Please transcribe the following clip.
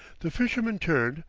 the fisherman turned,